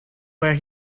where